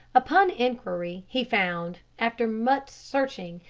upon inquiry he found, after much searching,